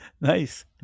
Nice